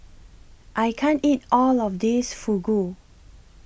I can't eat All of This Fugu